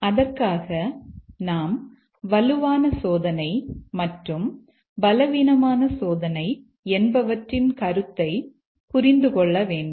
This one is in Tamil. அதற்காக நாம் வலுவான சோதனை மற்றும் பலவீனமான சோதனை என்பவற்றின் கருத்தை புரிந்து கொள்ள வேண்டும்